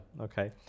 Okay